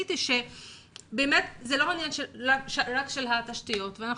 וראיתי שזה לא רק עניין של התשתיות אנחנו